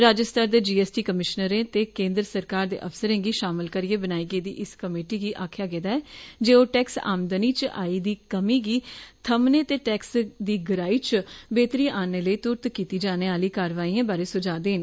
राज्य स्तर दे जीएसटी कमीषनरें ते केन्द्र सरकार दे अफसरें गी षामल करियै बनाई गेदी इस कमेटी गी आक्खेआ गेदा ऐ जे ओह् टैक्स आमदनी च आई दी कमीं गी थम्मने ते टैक्स दी गराई च बेह्तरी आनने लेई तुरत कीती जाने आलियें कारवाईयें बारै सुझा देन